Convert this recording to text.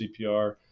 CPR